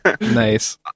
Nice